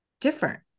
different